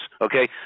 Okay